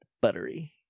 Buttery